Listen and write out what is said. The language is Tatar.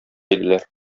иделәр